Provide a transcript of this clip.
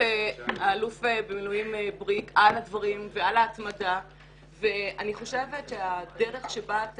האלוף בריק על הדברים ועל ההתמדה ואני חושבת שבה אתה